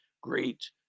great